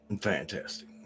Fantastic